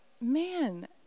man